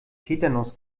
tetanus